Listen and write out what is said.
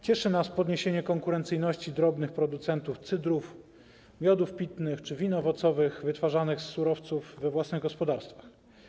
Cieszy nas podniesienie konkurencyjności drobnych producentów cydrów, miodów pitnych czy win owocowych, wytwarzanych z surowców we własnych gospodarstwach.